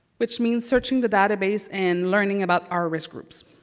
which means searching the database and learning about our risk groups.